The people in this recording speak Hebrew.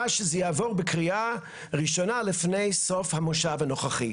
שזה יעבור בקריאה ראשונה לפני סוף המושב הנוכחי.